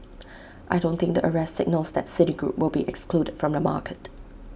I don't think the arrest signals that citigroup will be excluded from the market